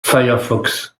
firefox